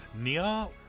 nia